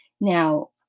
Now